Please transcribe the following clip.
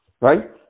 right